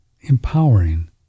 empowering